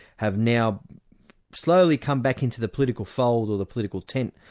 have now slowly come back into the political fold or the political tent.